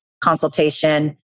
consultation